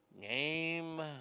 game